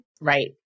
Right